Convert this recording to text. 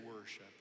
worship